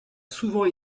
souvent